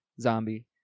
Zombie